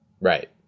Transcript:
Right